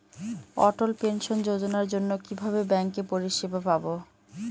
অটল pension যোজনার জন্য কিভাবে ব্যাঙ্কে পরিষেবা পাবো?